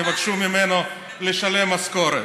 יבקשו ממנו לשלם משכורת.